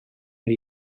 mae